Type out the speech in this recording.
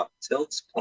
Tilt's